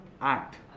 Act